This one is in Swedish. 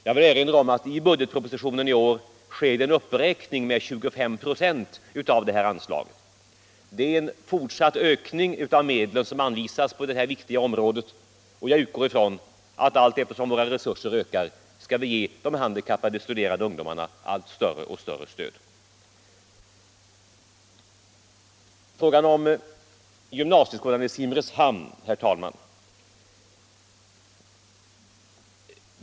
Jag vill erinra om att i årets budgetproposition förordas en uppräkning med 25 96 av anslaget. Det är en fortsatt ökning av de medel som anvisas på detta viktiga område, och jag utgår ifrån att allteftersom våra resurser ökar skall vi ge de handikappade studerande ungdomarna allt större stöd. Så några ord om gymnasieskolan i Simrishamn.